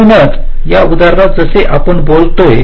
म्हणूनच या उदाहरणात जसे आपण बघतोय